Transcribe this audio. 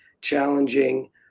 challenging